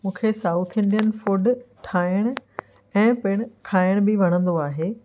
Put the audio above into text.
मूंखे south Indian food ठाहिण ऐं पिण खाइण बि वणंदो आहे